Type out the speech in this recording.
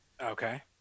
Okay